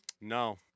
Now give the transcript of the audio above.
No